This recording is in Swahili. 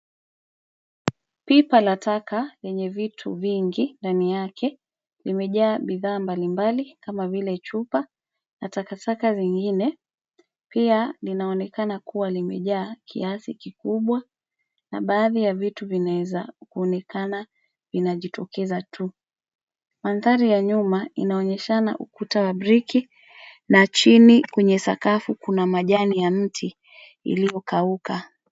Pipa la taka lenye vitu vingi ndani yake ,limejaa bidhaa mbalimbali kama vile chupa na takataka zingine. Pia linaonekana kuwa limejaa kiasi kikubwa. Na baadhi ya vitu vinaeza kuonekana vinajitokeza tu. Mandhari ya nyuma inaonyeshana ukuta wa briki na chini kwenye sakafu kuna majani ya mti iliyokauka.